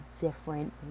different